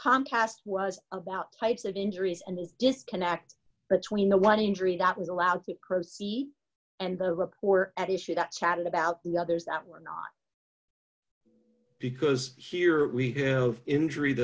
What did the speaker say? comcast was about types of injuries and these disconnect between the one injury that was allowed to proceed and the report at issue that chatted about the others that were not because here we have injury